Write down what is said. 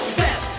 Step